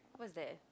what's that